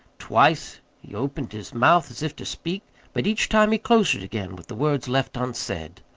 twice he opened his mouth as if to speak but each time he closed it again with the words left unsaid.